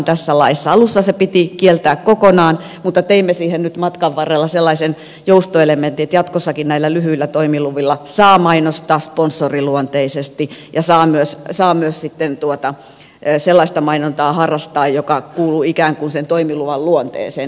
alussa se piti kieltää kokonaan mutta teimme siihen nyt matkan varrella sellaisen joustoelementin että jatkossakin näillä lyhyillä toimiluvilla saa mainostaa sponsoriluonteisesti ja saa myös sellaista mainontaa harrastaa joka kuuluu ikään kuin sen toimiluvan luonteeseen